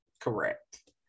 correct